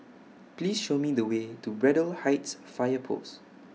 Please Show Me The Way to Braddell Heights Fire Post